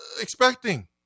expecting